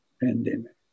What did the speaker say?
pandemic